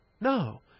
No